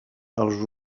els